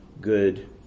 good